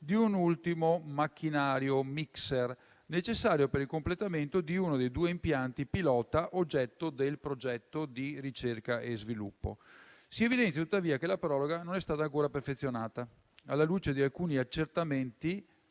di un ultimo macchinario (*mixer*), necessario per il completamento di uno dei due impianti pilota oggetto del progetto di ricerca e sviluppo. Si evidenzia, tuttavia, che la proroga non è stata ancora perfezionata, alla luce di alcuni accertamenti